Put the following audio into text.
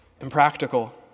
impractical